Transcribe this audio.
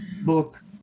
book